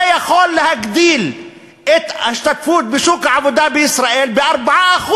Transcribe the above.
יכול להגדיל את ההשתתפות בשוק העבודה בישראל ב-4%,